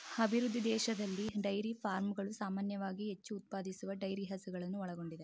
ಅಭಿವೃದ್ಧಿ ದೇಶದಲ್ಲಿ ಡೈರಿ ಫಾರ್ಮ್ಗಳು ಸಾಮಾನ್ಯವಾಗಿ ಹೆಚ್ಚು ಉತ್ಪಾದಿಸುವ ಡೈರಿ ಹಸುಗಳನ್ನು ಒಳಗೊಂಡಿದೆ